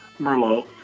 Merlot